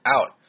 out